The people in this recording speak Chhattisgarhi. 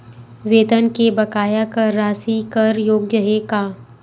वेतन के बकाया कर राशि कर योग्य हे का?